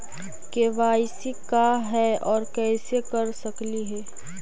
KYC का है, और कैसे कर सकली हे?